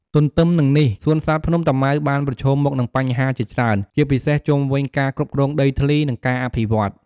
ទទ្ទឹមនឹងនេះ សួនសត្វភ្នំតាម៉ៅបានប្រឈមមុខនឹងបញ្ហាជាច្រើន ជាពិសេសជុំវិញការគ្រប់គ្រងដីធ្លី និងការអភិវឌ្ឍន៍។